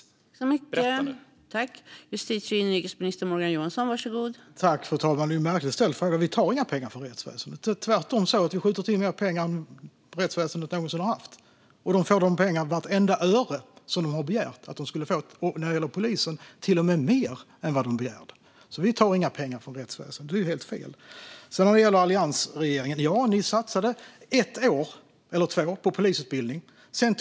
Berätta nu!